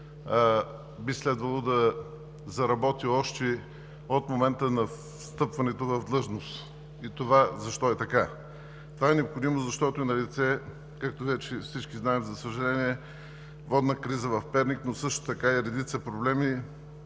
би следвало да заработи още от момента на встъпването в длъжност. Защо е така? Това е необходимо, защото е налице, както вече всички знаем, за съжаление, водна криза в Перник, но и редица проблеми